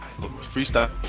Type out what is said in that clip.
freestyle